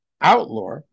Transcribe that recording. outlaw